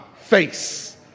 face